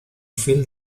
film